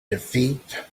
defeat